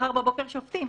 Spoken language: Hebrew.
מחר בבוקר שופטים.